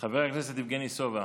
חבר הכנסת יבגני סובה,